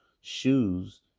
shoes